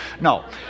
No